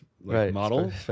model